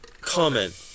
comment